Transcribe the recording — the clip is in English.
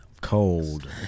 Cold